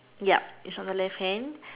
yup is on the left hand